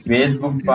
Facebook